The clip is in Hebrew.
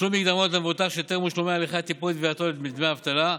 תשלום מקדמות למבוטח שטרם הושלמו הליכי הטיפול בתביעתו לדמי אבטלה,